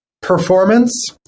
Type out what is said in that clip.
performance